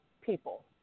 people